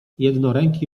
jednoręki